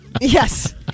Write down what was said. Yes